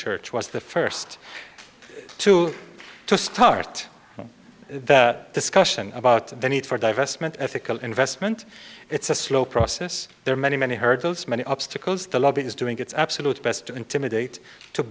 church was the first to to start that discussion about the need for divestment ethical investment it's a slow process there are many many hurdles many obstacles the lobby is doing its absolute best to intimidate to